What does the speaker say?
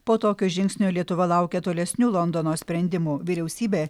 po tokio žingsnio lietuva laukia tolesnių londono sprendimų vyriausybė